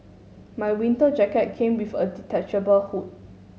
my winter jacket came with a detachable hood